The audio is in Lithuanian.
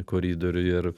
koridoriuj ar